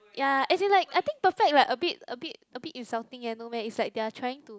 ya as in like I think perfect like a bit a bit a bit insulting eh no meh is like they're trying to